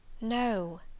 No